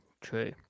true